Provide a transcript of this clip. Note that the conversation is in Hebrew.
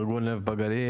ארגון לב בגליל,